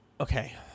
okay